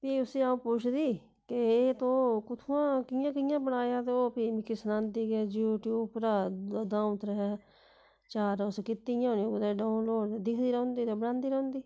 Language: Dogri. फ्ही उसी आ'ऊं पुछदी कि एह् तोह कुत्थुआं कि'यां कि'यां बनाया तोह फ्ही ओह् मिकी सनांदी इ'यै यूट्यूब उप्परा द'ऊं त्रै चार उस कीतियां होनियां कुतै डाउनलोड ते दिखदी रौंह्दी ते बनांदी रौंह्दी